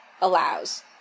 allows